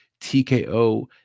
tko